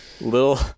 Little